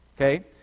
Okay